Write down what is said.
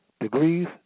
degrees